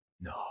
No